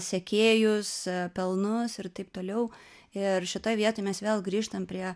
sekėjus pelnus ir taip toliau ir šitoj vietoj mes vėl grįžtam prie